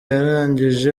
yarangije